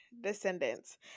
descendants